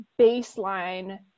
baseline